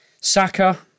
Saka